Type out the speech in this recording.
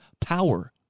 power